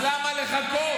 אז למה לחכות?